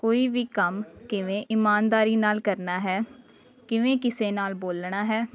ਕੋਈ ਵੀ ਕੰਮ ਕਿਵੇਂ ਇਮਾਨਦਾਰੀ ਨਾਲ ਕਰਨਾ ਹੈ ਕਿਵੇਂ ਕਿਸੇ ਨਾਲ ਬੋਲਣਾ ਹੈ